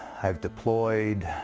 i've deployed,